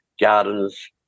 gardens